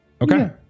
okay